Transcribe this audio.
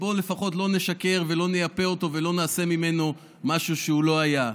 בואו לפחות לא נשקר ולא נייפה אותו ולא נעשה ממנו משהו שהוא לא היה.